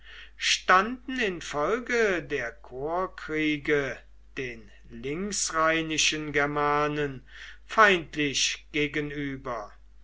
standen infolge der korpskriege den linksrheinischen germanen feindlich gegenüber